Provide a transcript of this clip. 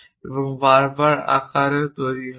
এবং বারবার আকারেও তৈরি হবে